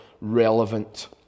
relevant